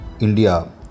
India